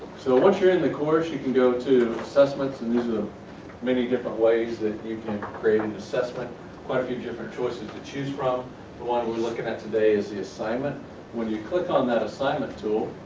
so once you're in your course you can go to assessments and these are many different ways that you can create an assessment quite a few different choices to choose from the one we're looking at today is the assignment when you click on that assignment tool